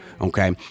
Okay